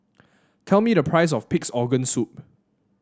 tell me the price of Pig's Organ Soup